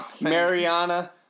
Mariana